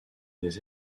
des